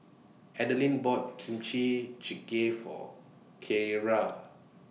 Adelyn bought Kimchi Jigae For Kyara